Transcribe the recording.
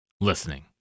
listening